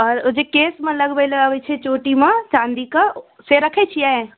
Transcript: आओर ओ जे केशमे लगबैलए अबै छै चोटीमे चाँदीके से रखै छिए